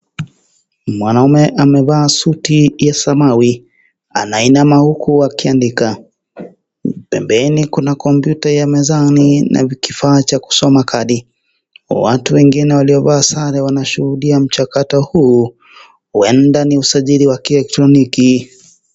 Mwanaume amevaa suti ya samawati anainama huku akiandika pembeni kuna kompyuta ya mezani na kifaa cha kusoma kadi, watu wengine waliovaa sare wanashuhudia mchakato huu huenda ni usajili wa kielektroniki.